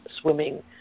swimming